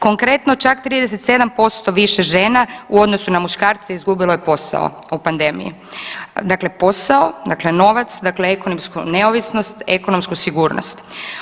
Konkretno, čak 37% više žena u odnosu na muškarce izgubilo je posao u pandemiji, dakle posao, dakle novac, dakle ekonomsku neovisnost, ekonomsku sigurnost.